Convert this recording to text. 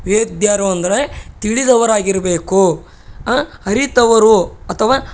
ವೇದ್ಯರು ಅಂದರೆ ತಿಳಿದವರಾಗಿರಬೇಕು ಅರಿತವರು ಅಥವಾ